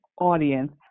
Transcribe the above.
audience